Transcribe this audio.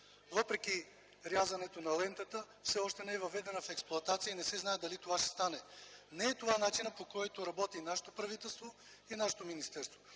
въпреки рязането на лентата все още не е въведена в експлоатация и не се знае кога ще стане това. Не е това начинът, по който работи нашето правителство и нашето министерство.